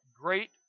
great